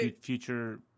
future